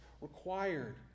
required